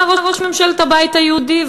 אלא ראש ממשלת הבית היהודי,